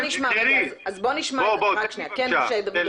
בבקשה.